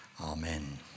Amen